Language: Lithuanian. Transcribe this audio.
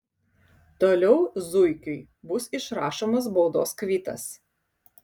toliau zuikiui bus išrašomas baudos kvitas